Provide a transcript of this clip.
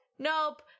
Nope